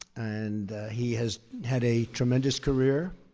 and he has had a tremendous career.